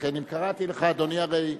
ולכן אם קראתי לך, אדוני, הרי,